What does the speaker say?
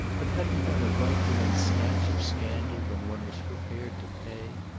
but hadn't one a right to one's snatch of scandal when one was prepared to pay?